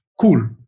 Cool